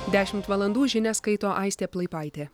dešimt valandų žinias skaito aistė plaipaitė